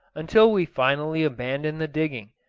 until we finally abandon the digging,